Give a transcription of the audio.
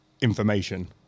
information